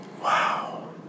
Wow